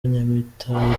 nyamitali